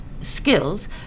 skills